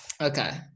Okay